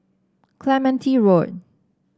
Clementi Road